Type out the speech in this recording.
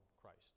Christ